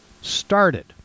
started